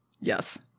Yes